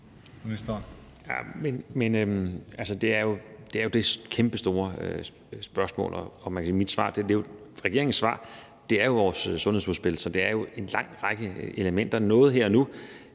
Det er jo det kæmpestore spørgsmål. Og mit svar, regeringens svar er jo vores sundhedsudspil, så det er en lang række elementer: